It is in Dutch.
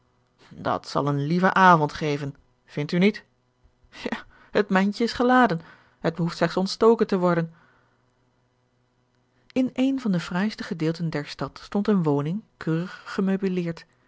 dat zal een lieven avond geven vindt u niet ja het mijntje is geladen het behoeft slechts ontstoken te worden in eene van de fraaiste gedeelten der stad stond eene woning keurig